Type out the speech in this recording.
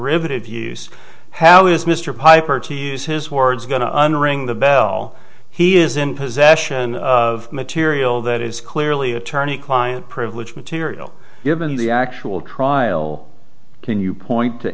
use how is mr piper to use his words going to unring the bell he is in possession of material that is clearly attorney client privilege material given the actual trial can you point to